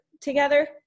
together